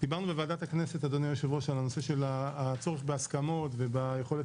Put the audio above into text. דיברנו בוועדת הכנסת על הנושא של הצורך בהסכמות וביכולת